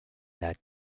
that